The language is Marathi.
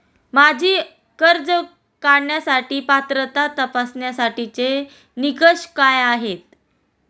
माझी कर्ज काढण्यासाठी पात्रता तपासण्यासाठीचे निकष काय आहेत?